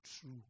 true